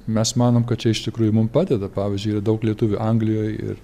mes manom kad čia iš tikrųjų mum padeda pavyzdžiui yra daug lietuvių anglijoj ir